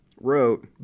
wrote